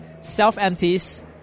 self-empties